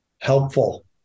Helpful